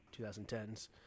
2010s